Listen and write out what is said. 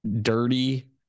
dirty